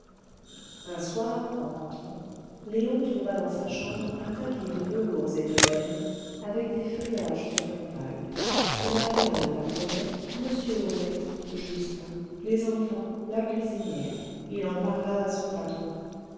un soir en rentrant léon trouva dans sa chambre un tapis de velours et de laine avec des feuillages sur fond pâle il appela madame homais m homais justin les enfants la cuisinière il en parla à son patron